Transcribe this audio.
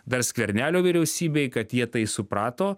dar skvernelio vyriausybei kad jie tai suprato